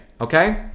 Okay